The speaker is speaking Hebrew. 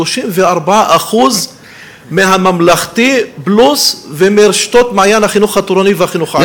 34% מהממלכתי ומרשתות "מעיין החינוך התורני" והחינוך העצמאי.